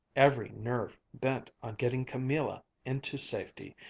every nerve bent on getting camilla into safety,